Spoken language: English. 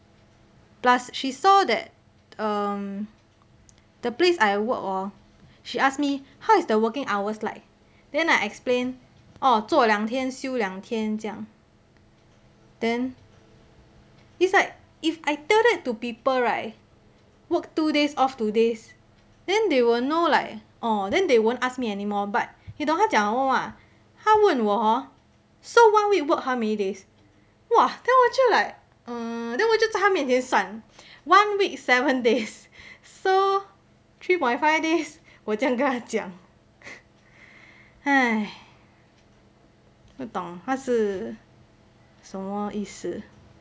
plus she saw that the place I work hor she asked me how is the working hours like then I explain orh 做两天休两天这样 then it's like if I tell that to people right work two days off two days then they will know like orh then they won't ask me anymore but 你懂她讲什么吗她问我 hor so one week work how many days !wah! then 我就 like err then 我就在她面前算 one week seven days so three point five days 我这样跟她讲 !hais! 不懂她是什么意思